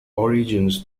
origins